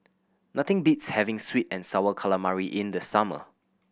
nothing beats having sweet and Sour Calamari in the summer